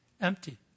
empty